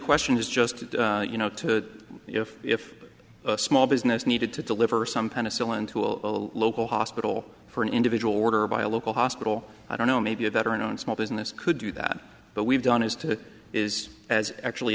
question is just you know to if if a small business needed to deliver some penicillin tool a local hospital for an individual order by a local hospital i don't know maybe a better known small business could do that but we've done is to is as actually